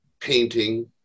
painting